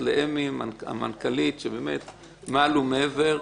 אמי המנכ"לית שעשתה מעל ומעבר.